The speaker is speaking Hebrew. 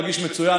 מגיש מצוין,